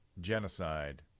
genocide